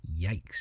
Yikes